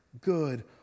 good